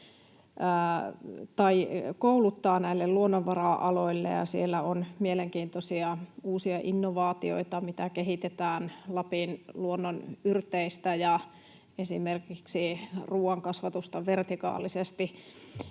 Lappia kouluttaa näille luonnonvara-aloille, ja siellä on mielenkiintoisia uusia innovaatioita, mitä kehitetään Lapin luonnon yrteistä, ja esimerkiksi ruoan kasvatusta vertikaalisesti,